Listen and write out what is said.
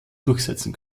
durchsetzen